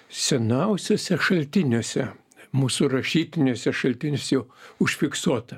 seniausiuose šaltiniuose mūsų rašytiniuose šaltiniuose užfiksuota